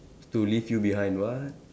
to leave you behind what